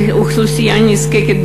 על אוכלוסיית עולים נזקקת,